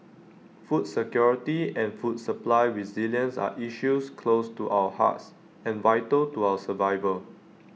food security and food supply resilience are issues close to our hearts and vital to our survival